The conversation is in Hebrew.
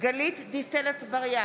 גלית דיסטל אטבריאן,